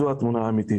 זו התמונה האמיתית.